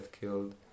killed